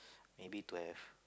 maybe to have